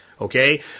Okay